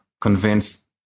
convinced